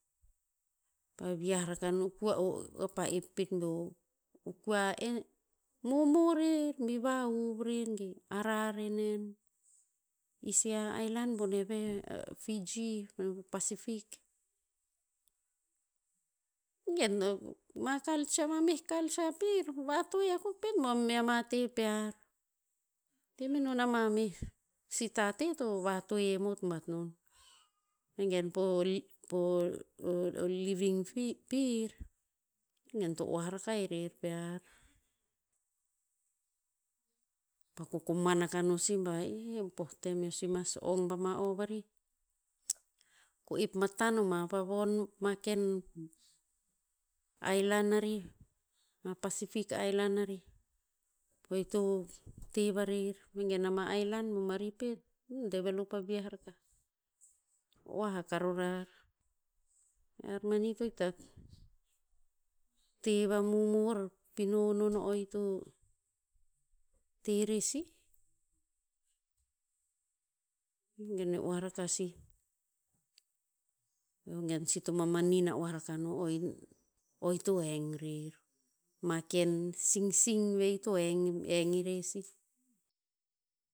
Pa vi'ah rakah eo pa ep pet bo o kua momor rer bi vahuv rer ge ara re nen. Isi a aelan bone ve a fiji manu pa pacific. I gen ma culture mameh culture pir vatoe akuk pet bo mea ma te pear. Te menon ama meh sih tate to vatoe amot bat non. Vegen po living pi- pir, i gen to oah rakah irer pear. Pa kokoman akah no si bah, ih, po tem eo si mas ong pama o varih. Ko ep matan o ma pa von, ma ken aelan arih. Ma pacific aelan arih. Po o ito te varer. Vegen ama aelan bomari pet, develop avi'ah rakah. Oah ha karo rar. Ear mani to hikta te vamomor pino non o o ito te rer sih. I gen e oah raka sih. Eo gen si to mamanin na'oah raka no, o i o ito heng arer. Ma ken singsing ve ito heng- heng irer sih.